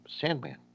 Sandman